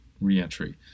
re-entry